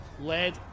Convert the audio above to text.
led